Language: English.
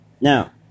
Now